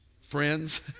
Friends